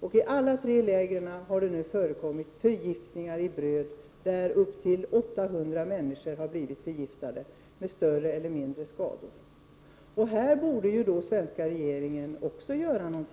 Och i alla tre läger har det förekommit förgiftat bröd, vilket lett till att upp till 800 människor har blivit förgiftade med större eller mindre skador som följd. I detta sammanhang borde den svenska regeringen göra något.